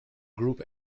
group